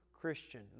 Christian